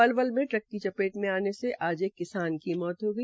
पलवल में ट्रक की चपेट में आने से एक किसान की मौत हो गई